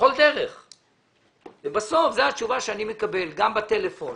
בכל דרך ובסוף זו התשובה שאני מקבל, גם בטלפון